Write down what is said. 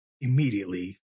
immediately